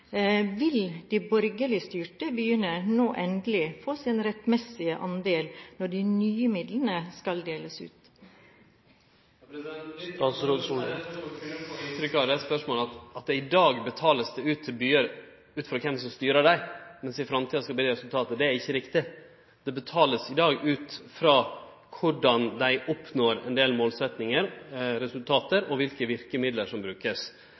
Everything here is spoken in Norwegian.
Vil de borgerligstyrte byene nå endelig få sin rettmessige andel når de nye midlene skal deles ut? Ein kunne ut frå spørsmålet få inntrykk av at det i dag vert betalt til byane ut frå kven som styrer dei, mens det i framtida er resultatet som tel. Det er ikkje riktig. Det vert i dag betalt ut frå korleis dei oppnår ein del målsetjingar, resultat, og kva verkemiddel som